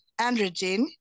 androgen